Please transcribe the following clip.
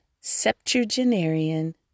septuagenarian